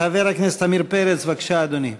חבר הכנסת עמיר פרץ, בבקשה, אדוני.